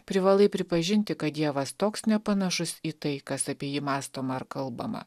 privalai pripažinti kad dievas toks nepanašus į tai kas apie jį mąstoma ar kalbama